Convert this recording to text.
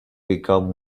become